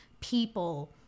people